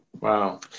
Wow